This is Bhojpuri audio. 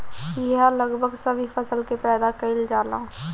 इहा लगभग सब फसल के पैदा कईल जाला